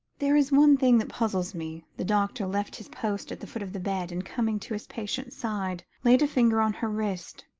there is one thing that puzzles me, the doctor left his post at the foot of the bed, and, coming to his patient's side, laid a finger on her wrist.